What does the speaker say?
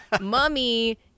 Mummy